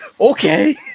okay